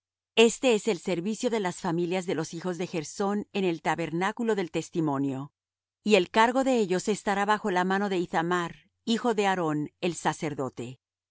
este es el servicio de las familias de los hijos de gersón en el tabernáculo del testimonio y el cargo de ellos estará bajo la mano de ithamar hijo de aarón el sacerdote